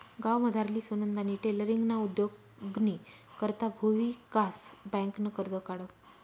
गावमझारली सुनंदानी टेलरींगना उद्योगनी करता भुविकास बँकनं कर्ज काढं